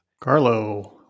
carlo